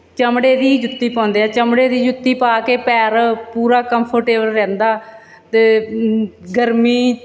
ਚਮੜੇ ਦੀ ਜੁੱਤੀ ਪਾਉਂਦੇ ਹੈ ਚਮੜੇ ਦੀ ਜੁੱਤੀ ਪਾ ਕੇ ਪੈਰ ਪੂਰਾ ਕੰਫਰਟੇਬਲ ਰਹਿੰਦਾ ਅਤੇ ਗਰਮੀ